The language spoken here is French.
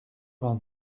vingt